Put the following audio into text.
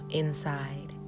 inside